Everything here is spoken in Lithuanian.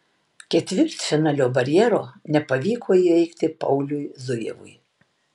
ketvirtfinalio barjero nepavyko įveikti pauliui zujevui